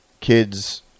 Kids